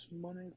money